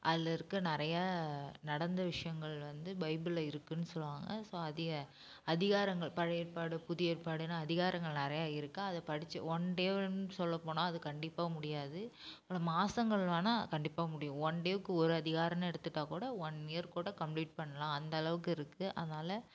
அதில் இருக்க நிறைய நடந்த விஷயங்கள் வந்து பைபிளில் இருக்குதுன்னு சொல்லுவாங்க ஸோ அதையை அதிகாரங்கள் பழைய ஏற்பாடு புதிய ஏற்பாடுனு அதிகாரங்கள் நிறையா இருக்குது அதை படித்து ஒன் டேவில்ன்னு சொல்ல போனால் அது கண்டிப்பாக முடியாது ஆனால் மாதங்கள் வேண்ணா கண்டிப்பாக முடியும் ஒன் டேவுக்கு ஒரு அதிகாரன்னு எடுத்துகிட்டா கூட ஒன் இயர் கூட கம்ப்ளீட் பண்ணலாம் அந்த அளவுக்கு இருக்குது அதனால்